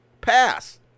Pass